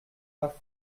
pas